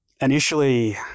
initially